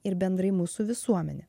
ir bendrai mūsų visuomenę